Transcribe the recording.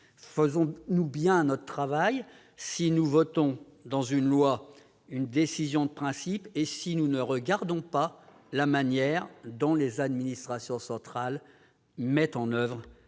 Faisons-nous bien notre travail si nous votons, dans une loi, une décision de principe et si nous ne regardons pas la manière dont les administrations centrales la mettent en oeuvre ?